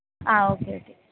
ആ okay okay